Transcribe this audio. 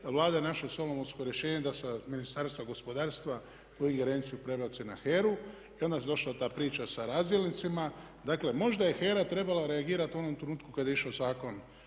Vlada je našla solomonsko rješenje da sa Ministarstva gospodarstva tu ingerenciju prebaci na HER-a i onda je došla ta priča sa razdjelnicima. Dakle možda je HERA trebala reagirati u onom trenutku kada je išao Zakon